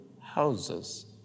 houses